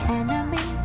enemy